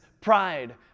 pride